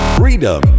freedom